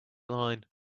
line